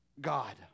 God